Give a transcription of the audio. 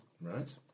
right